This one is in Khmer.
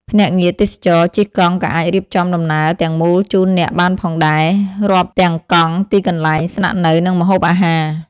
ភ្នាក់ងារទេសចរណ៍ជិះកង់ក៏អាចរៀបចំដំណើរទាំងមូលជូនអ្នកបានផងដែរ រាប់ទាំងកង់ ទីកន្លែងស្នាក់នៅ និងម្ហូបអាហារ។